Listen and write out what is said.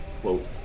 quote